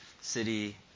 city